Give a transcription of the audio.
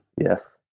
Yes